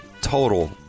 total